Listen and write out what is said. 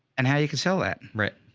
and how you can sell that. right.